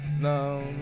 No